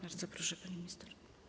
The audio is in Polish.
Bardzo proszę, pani minister.